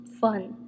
fun